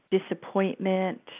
disappointment